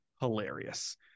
hilarious